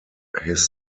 his